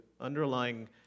underlying